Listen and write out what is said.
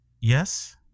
Yes